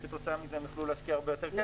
וכתוצאה מזה הם יוכלו להשקיע הרבה יותר כסף.